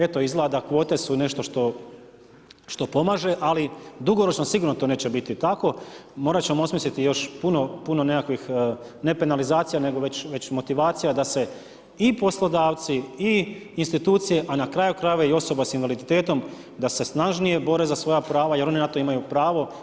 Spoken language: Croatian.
Eto, izgleda da kvote su nešto što pomaže ali dugoročno sigurno to neće biti tako, morati ćemo osmisliti još puno, puno nekakvih ne penalizacija, nego već motivacija da se i poslodavci i institucije a na kraju krajeva i osoba sa invaliditetom da se snažnije bore za svoja prava jer oni na to imaju pravo.